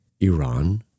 Iran